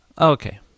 okay